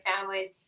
families